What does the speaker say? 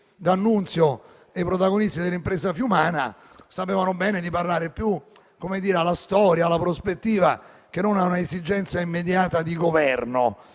D'Annunzio e i protagonisti dell'impresa fiumana sapevano bene di parlare più alla storia, in prospettiva, che non per un'esigenza immediata di Governo,